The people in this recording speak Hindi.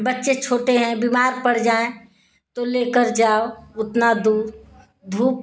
बच्चे छोटे हैं बीमार पड़ जाएँ तो लेकर जाओ उतना दूर धूप